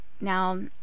Now